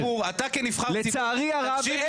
לצערי הרב,